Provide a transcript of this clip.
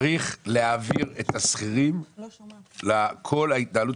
צריך להעביר את השכירים כך שכל ההתנהלות